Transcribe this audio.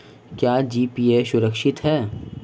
क्या जी.पी.ए सुरक्षित है?